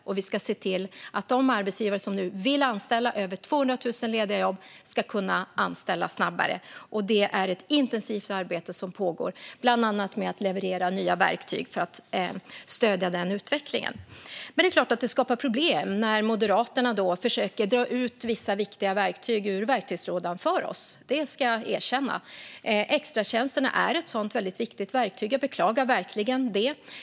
Och vi ska se till att de arbetsgivare som nu vill anställa till över 200 000 lediga jobb ska kunna anställa snabbare. Det är ett intensivt arbete som pågår, bland annat med att leverera nya verktyg för att stödja denna utveckling. Men det är klart att det skapar problem när Moderaterna försöker dra ut vissa viktiga verktyg ur verktygslådan för oss; det ska jag erkänna. Extratjänsterna är ett sådant viktigt verktyg, så jag beklagar verkligen det.